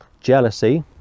jealousy